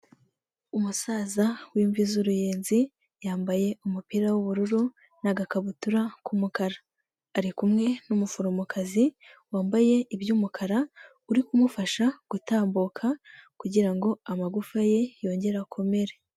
Umusaza w'imvi z'uruyenzi yambaye umupira w'ubururu n'agakabutura k'umukara. Ari kumwe n'umuforomokazi wambaye iby'umukara uri kumufasha gutambuka kugira ngo amagufwa ye yongere akomere.